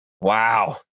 Wow